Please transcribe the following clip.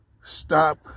stop